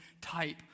type